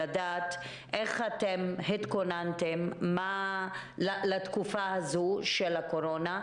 לדעת איך אתם התכוננתם לתקופה הזאת של הקורונה,